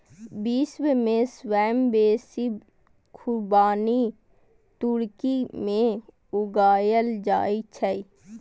विश्व मे सबसं बेसी खुबानी तुर्की मे उगायल जाए छै